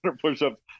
push-ups